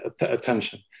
attention